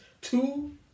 two